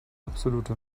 absolute